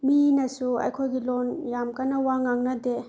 ꯃꯤꯅꯁꯨ ꯑꯩꯈꯣꯏꯒꯤ ꯂꯣꯟ ꯌꯥꯝ ꯀꯟꯅ ꯋꯥ ꯉꯥꯡꯅꯗꯦ